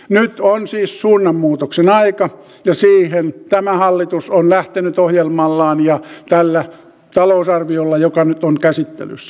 nyt on siis suunnanmuutoksen aika ja siihen tämä hallitus on lähtenyt ohjelmallaan ja tällä talousarviolla joka nyt on käsittelyssä